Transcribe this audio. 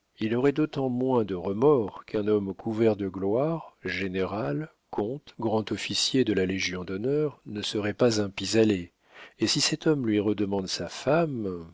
il aurait d'autant moins de remords qu'un homme couvert de gloire général comte grand-officier de la légion-d'honneur ne serait pas un pis-aller et si cet homme lui redemande sa femme